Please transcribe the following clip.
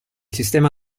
sistema